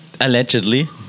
allegedly